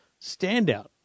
standout